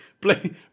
play